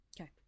okay